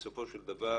בסופו של דבר